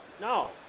No